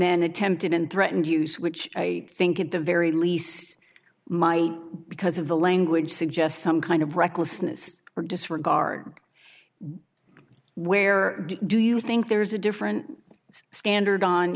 then attempted and threatened use which i think at the very least might because of the language suggests some kind of recklessness or disregard where do you think there's a different standard on